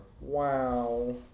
Wow